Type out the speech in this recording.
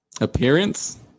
Appearance